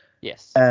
yes